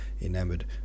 enamoured